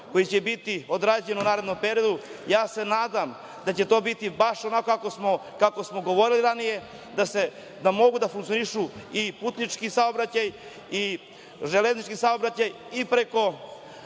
koji će biti odrađen u narednom periodu, nadam se da će to biti baš onako kako smo govorili ranije, da mogu da funkcionišu i putnički saobraćaj i železnički saobraćaj i preko